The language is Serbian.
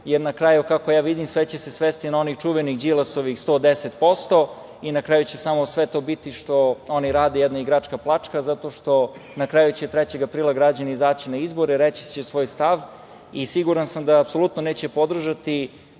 jer na kraju kako ja vidim sve će se svesti onih čuvenih Đilasovim 110% i na kraju će sve to biti što oni rade, jedna igračka plačka, zato što će na kraju, 3. aprila građani izaći na izbore, reći svoj stav. Siguran sam da apsolutno neće podržati